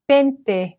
Pente